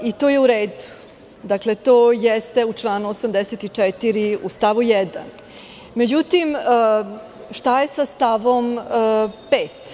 To je u redu i to jeste u članu 84. u stavu 1. Međutim, šta je sa stavom 5?